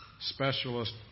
Specialist